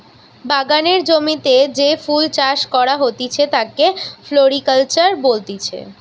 বাগানের জমিতে যে ফুল চাষ করা হতিছে তাকে ফ্লোরিকালচার বলতিছে